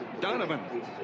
donovan